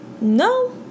no